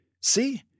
See